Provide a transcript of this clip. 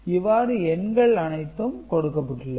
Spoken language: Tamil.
இவ்வாறு எண்கள் அனைத்தும் கொடுக்கப்பட்டுள்ளது